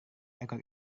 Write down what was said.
ekor